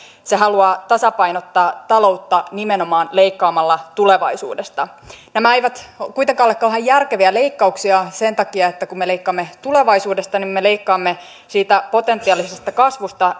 se haluaa tasapainottaa taloutta nimenomaan leikkaamalla tulevaisuudesta nämä eivät kuitenkaan ole kauhean järkeviä leikkauksia sen takia että kun me leikkaamme tulevaisuudesta niin me leikkaamme siitä potentiaalisesta kasvusta